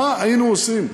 מה היינו עושים?